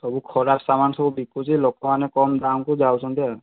ସବୁ ଖରାପ ସାମାନ ସବୁ ବିକୁଛି ଲୋକମାନେ କମ୍ ଦାମକୁ ଯାଉଛନ୍ତି ଆଉ